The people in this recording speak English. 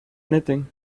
anything